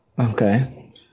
Okay